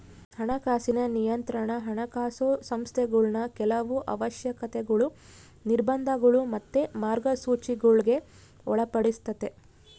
ಹಣಕಾಸಿನ ನಿಯಂತ್ರಣಾ ಹಣಕಾಸು ಸಂಸ್ಥೆಗುಳ್ನ ಕೆಲವು ಅವಶ್ಯಕತೆಗುಳು, ನಿರ್ಬಂಧಗುಳು ಮತ್ತೆ ಮಾರ್ಗಸೂಚಿಗುಳ್ಗೆ ಒಳಪಡಿಸ್ತತೆ